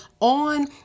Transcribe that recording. on